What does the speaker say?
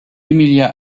emilia